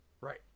Right